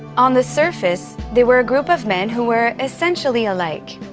on the surface, they were a group of men who were essentially alike.